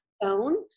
phone